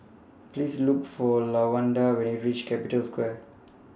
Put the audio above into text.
Please Look For Lawanda when YOU REACH Capital Square